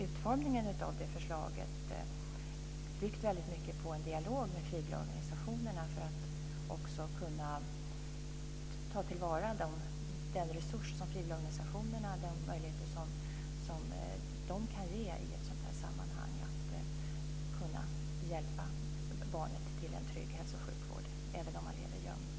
Utformningen av förslaget har byggt på en dialog med frivilligorganisationerna för att ta till vara den resurs som frivilligorganisationerna innebär och de möjligheter som de kan ge i ett sådant sammanhang att hjälpa barnen till en trygg hälso och sjukvård även då de lever gömda.